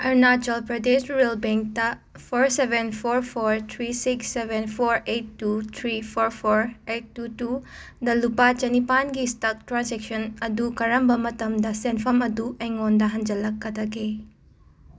Arunachal Pradesh rural ꯕꯦꯡꯇ four seven four four three six seven four eight two three four four eight two ꯇꯨꯗ ꯂꯨꯄꯥ ꯆꯅꯤꯄꯥꯟꯒꯤ stuck transaction ꯑꯗꯨ ꯀꯔꯝꯕ ꯃꯇꯝꯗ ꯁꯦꯟꯐꯝ ꯑꯗꯨ ꯑꯩꯉꯣꯟꯗ ꯍꯟꯖꯜꯂꯛꯀꯗꯒꯦ